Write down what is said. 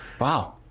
Wow